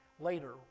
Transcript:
later